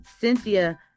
cynthia